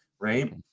right